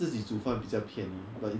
ugh 我要赢钱